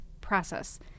process